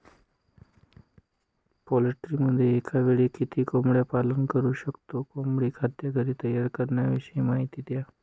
पोल्ट्रीमध्ये एकावेळी किती कोंबडी पालन करु शकतो? कोंबडी खाद्य घरी तयार करण्याविषयी माहिती द्या